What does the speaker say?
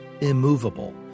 immovable